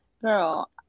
girl